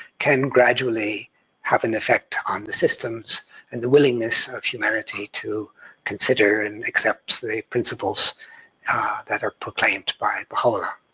can gradually have an effect on the systems and the willingness of humanity to consider and accept the principles that are proclaimed by baha'u'llah.